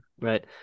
right